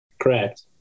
Correct